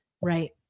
Right